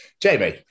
Jamie